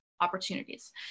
opportunities